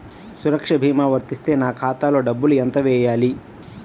సురక్ష భీమా వర్తిస్తే నా ఖాతాలో డబ్బులు ఎంత వేయాలి?